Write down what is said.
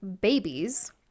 babies